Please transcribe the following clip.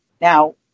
Now